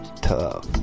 tough